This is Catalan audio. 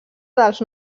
dels